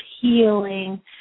healing